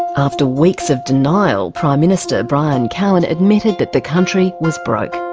after weeks of denial prime minister brian cowen admitted that the country was broke.